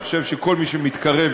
אני חושב שכל מי שמתקרב,